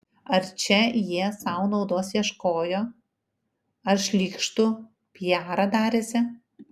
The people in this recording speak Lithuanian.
ar čia jie sau naudos ieškojo ar šlykštų piarą darėsi